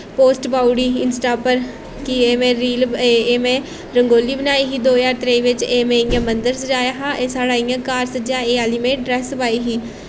post पाई ओड़ी Insta उप्पर कि एह् में रील एह् में रंगोली बनाई ही दो ज्हार त्रेई बिच्च एह् में इ'यां मन्दर सज़ाया हा इ'यां साढ़ा इ'यां घर सज्जेआ एह् आह्ली में ड्रैेस पाई